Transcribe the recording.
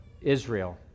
Israel